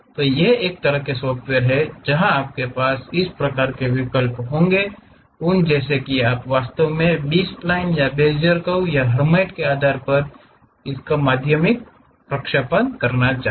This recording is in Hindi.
ये एक तरह के सॉफ्टवेयर हैं जहां आपके पास इस प्रकार के विकल्प होंगे उन जैसे कि आप वास्तव में इसे बी स्प्लिन या बेजियर कर्व्स या हर्माइट आधार कार्यों और इतने पर के माध्यम से प्रक्षेपित करना चाहेंगे